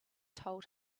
told